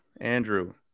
Andrew